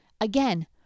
Again